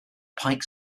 pike